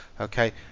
okay